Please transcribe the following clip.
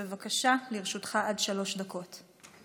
בבקשה, לרשותך עד שלוש דקות.